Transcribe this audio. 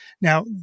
Now